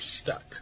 stuck